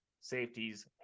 safeties